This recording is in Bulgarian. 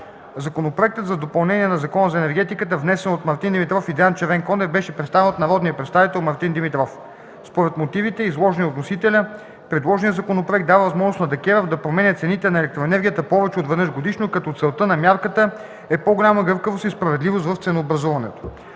Законопроектът за допълнение на Закона за енергетиката, внесен от Мартин Димитров и Диан Червенкондев беше представен от народния представител Мартин Димитров. Според мотивите, изложени от вносителя, предложеният законопроект дава възможност на ДКЕВР да променя цените на електроенергията повече от веднъж годишно като целта на мярката е по-голяма гъвкавост и справедливост в ценообразуването.